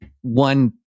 one